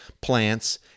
Plants